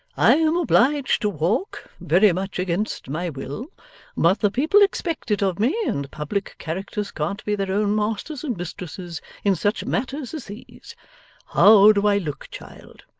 i am obliged to walk, very much against my will but the people expect it of me, and public characters can't be their own masters and mistresses in such matters as these. how do i look, child